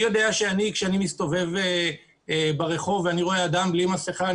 כשאני מסתובב ברחוב ורואה אדם בלי מסכה,